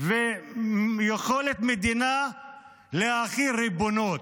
ויכולת המדינה להחיל ריבונות,